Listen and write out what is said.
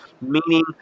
meaning